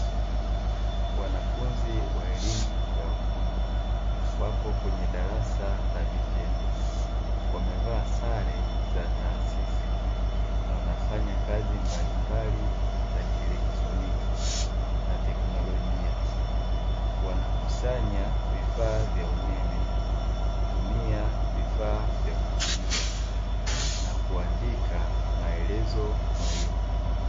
Wanafunzi wa elimu ya ufundi wapo kwenye darasa la vitendo wamevaa sare za taasisi na wanafanya kazi mbalimbali za kielektroniki na teknolojia; wanakusanya vifaa vya umeme kutumia vifaa vya kupimia na kuandika maelezo muhimu.